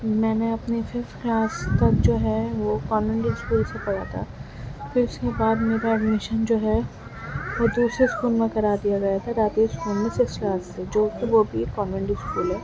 میں نے اپنی ففتھ کلاس تک جو ہے وہ پبلک اسکول سے پڑھا تھا پھر اس کے بعد میرا ایڈمیشن جو ہے وہ دوسرے اسکول میں کرا دیا گیا تھا راکیش اسکول میں سکس کلاس سے جو کہ وہ بھی گورمنٹ اسکول ہے